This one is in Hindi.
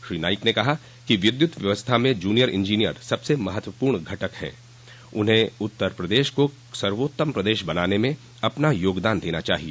श्री नाईक ने कहा कि विद्युत व्यवस्था में जूनियर इंजीनियर सबसे महत्वपूण घटक हैं उन्हें उत्तर प्रदेश को सर्वोत्तम प्रदेश बनाने में अपना योगदान देना चाहिए